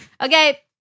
Okay